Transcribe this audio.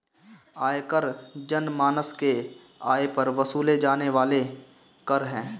आयकर जनमानस के आय पर वसूले जाने वाला कर है